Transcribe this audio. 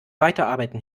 weiterarbeiten